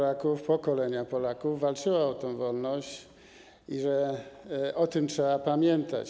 Całe pokolenia Polaków walczyły o tę wolność i o tym trzeba pamiętać.